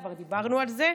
כבר דיברנו על זה.